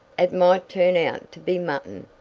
it might turn out to be mutton.